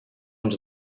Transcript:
ens